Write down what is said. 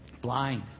Blind